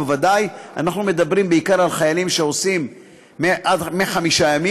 ובוודאי אנחנו מדברים בעיקר על חיילים שעושים מחמישה ימים,